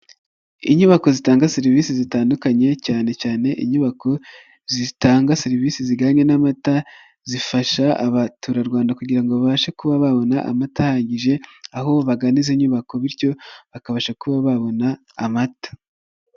Inyubako zitanga serivisi zitandukanye, cyane cyane inyubako zitanga serivisi zijyanye n'amata, zifasha abaturarwanda kugira babashe kuba babona amata ahagije, aho bagana izi nyubako bityo bakabasha kuba babona amata.